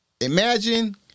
imagine